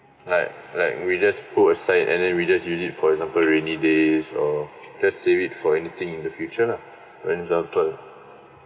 like like we just put aside and then we just use it for example we need this or just save it for anything in the future lah when its our turn